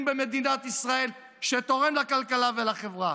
במדינת ישראל ותורם לכלכלה ולחברה?